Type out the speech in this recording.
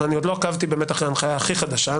ואני עוד לא עקבתי באמת אחרי ההנחיה הכי חדשה,